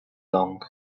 long